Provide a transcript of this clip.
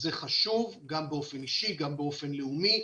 זה חשוב גם באופן אישי וגם באופן לאומי.